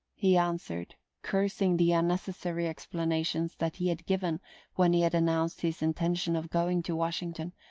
he answered, cursing the unnecessary explanations that he had given when he had announced his intention of going to washington,